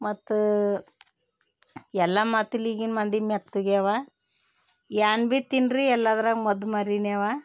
ಮತ್ತು ಎಲ್ಲ ಮಾತಿಲಿಗಿನ ಮಂದಿ ಮೆತ್ತಗೆಯವ ಏನ್ ಭೀ ತಿನ್ನಿರಿ ಎಲ್ಲದ್ರಾಗ ಮದ್ದು ಮರಿನೆವಾ